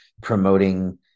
promoting